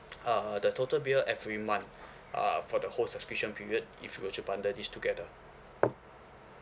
uh the total bill every month uh for the whole subscription period if you were to bundle this together